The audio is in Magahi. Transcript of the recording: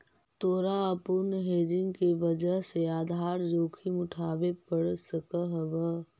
तोरा अपूर्ण हेजिंग के वजह से आधार जोखिम उठावे पड़ सकऽ हवऽ